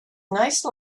nice